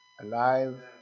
alive